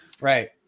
Right